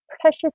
precious